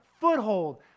foothold